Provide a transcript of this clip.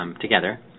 together